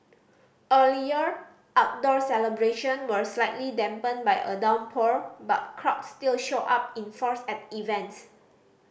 earlier outdoor celebration were slightly dampened by a downpour but crowds still showed up in force at events